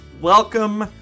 Welcome